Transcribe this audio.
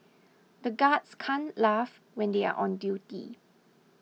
the guards can't laugh when they are on duty